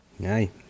Hey